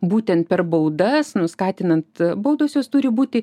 būtent per baudas nu skatinant baudos jos turi būti